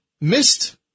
missed